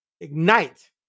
Ignite